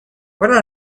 what